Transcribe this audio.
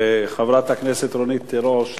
חברת הכנסת רונית תירוש,